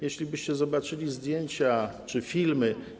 Jeślibyście zobaczyli zdjęcia czy filmy.